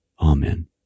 Amen